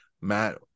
Matt